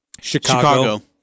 Chicago